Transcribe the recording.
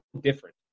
different